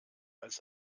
als